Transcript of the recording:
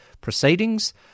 proceedings